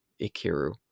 Ikiru